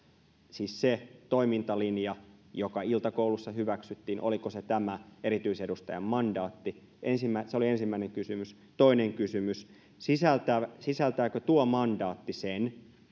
siis se toimintalinja joka iltakoulussa hyväksyttiin oliko se tämä erityisedustajan mandaatti se oli ensimmäinen kysymys toinen kysymys sisältääkö tuo mandaatti sen